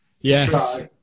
Yes